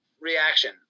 reaction